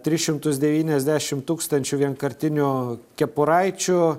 tris šimtus devyniasdešimt tūkstančių vienkartinių kepuraičių